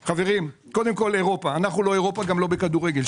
אנחנו לא אירופה, גם לא בכדורגל.